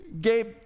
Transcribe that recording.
Gabe